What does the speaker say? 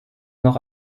noch